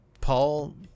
paul